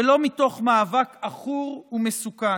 ולא מתוך מאבק עכור ומסוכן.